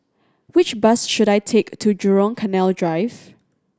which bus should I take to Jurong Canal Drive